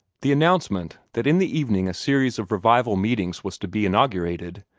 the announcement that in the evening a series of revival meetings was to be inaugurated,